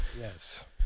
Yes